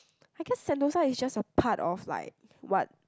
I guess Sentosa is just a part of like what